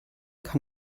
kann